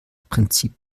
prinzip